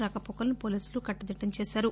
రాకపోకలను పోలీసులు కట్టుదిట్టం చేశారు